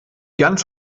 ganz